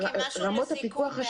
משהו לסיכום מהחקר שלכם.